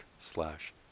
slash